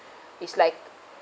it's like